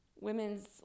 women's